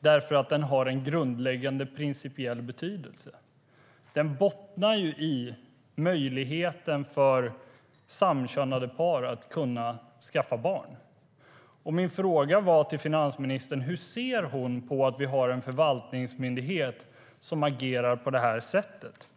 därför att den har en grundläggande principiell betydelse. Den bottnar i möjligheten för samkönade par att skaffa barn. Min fråga till finansministern gällde hur hon ser på att vi har en förvaltningsmyndighet som agerar på detta sätt.